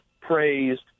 praised